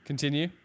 Continue